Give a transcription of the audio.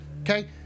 Okay